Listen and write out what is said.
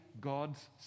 God's